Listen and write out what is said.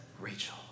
Rachel